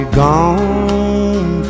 gone